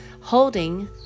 holding